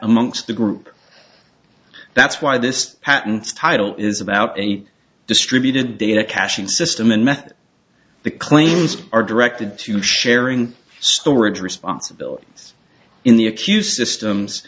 amongst the group that's why this patent title is about a distributed data caching system and method the claims are directed to sharing storage responsibilities in the accused systems